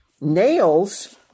Nails